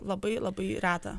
labai labai reta